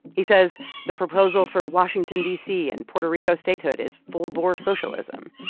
he says the proposal for washington, d c, and puerto rico statehood is full-bore socialism.